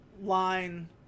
line